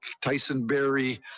Tyson-Berry